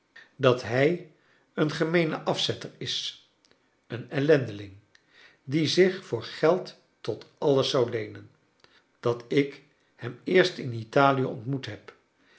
dat hij een gemeene afzetter is een ellendeling die zich voor geld tot alles zou leenen dat ik hem eerst in italie ontmoet heb